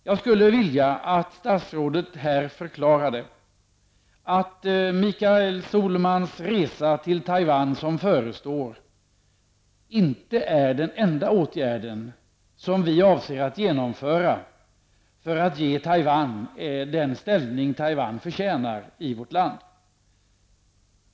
Jag skulle vilja att statsrådet förklarade att den förestående resan till Taiwan för Mikael Sohlman inte är den enda åtgärden som Sverige avser att genomföra för att ge Taiwan den ställning Taiwan förtjänar i vårt land.